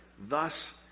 Thus